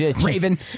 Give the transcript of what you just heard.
Raven